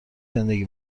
زندگی